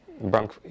bank